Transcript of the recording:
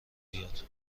بیاد